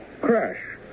Crash